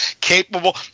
capable